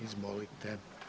Izvolite.